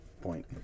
point